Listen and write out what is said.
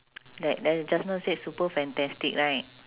like li~ just now said super fantastic right